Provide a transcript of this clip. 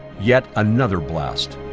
yet another blast.